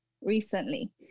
recently